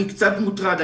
אני קצת מוטרד.